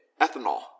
ethanol